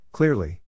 Clearly